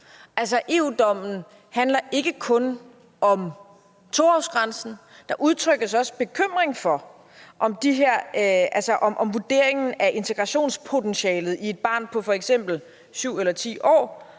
EU-dommen handler ikke kun om 2-årsgrænsen. Der udtrykkes også bekymring for, om vurderingen af integrationspotentialet i et barn på f.eks. 7 eller 10 år